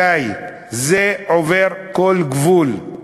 די, זה עובר כל גבול.